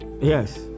Yes